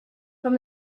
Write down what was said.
from